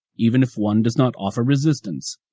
even if one does not offer resistance,